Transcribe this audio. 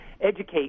educate